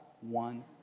one